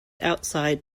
outside